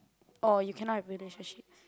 or you cannot have relationships